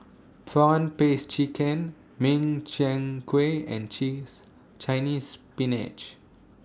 Prawn Paste Chicken Min Chiang Kueh and Cheese Chinese Spinach